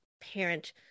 parent